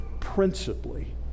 principally